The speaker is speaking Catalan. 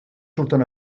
surten